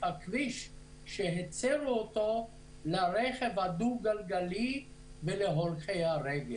הכביש שהצרו אותו לרכב הדו-גלגלי ולהולכי הרגל.